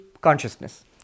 consciousness